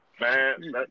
Man